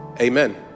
Amen